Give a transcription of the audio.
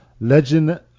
Legend